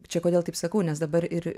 čia kodėl taip sakau nes dabar ir